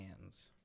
hands